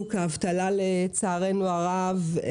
לשוק האבטלה, לצערנו הרב.